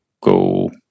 go